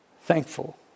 thankful